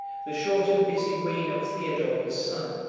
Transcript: the short and busy reign of theodore his son,